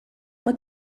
mae